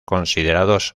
considerados